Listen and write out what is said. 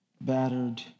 battered